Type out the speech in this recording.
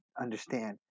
understand